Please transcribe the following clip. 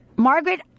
Margaret